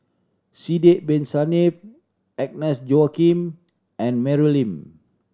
Sidek Bin Saniff Agnes Joaquim and Mary Lim